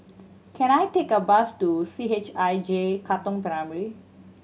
can I take a bus to C H I J Katong Primary